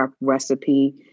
recipe